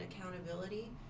accountability